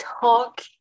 talk